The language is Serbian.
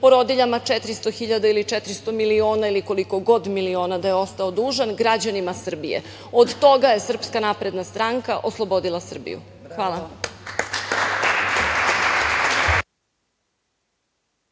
porodiljama 400.000 ili 400 miliona, ili koliko god miliona da je ostao dužan građanima Srbije. Od toga je SNS oslobodila Srbiju. Hvala.